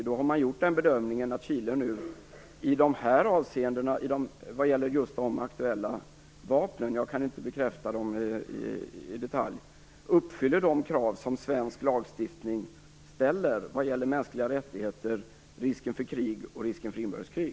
Då har bedömningen gjorts att Chile nu i de avseenden som gäller just de aktuella vapnen - jag kan inte bekräfta dem i detalj - uppfyller de krav som svensk lagstiftning ställer vad gäller mänskliga rättigheter och risk för krig och inbördeskrig.